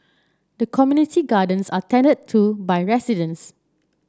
the community gardens are tended to by residents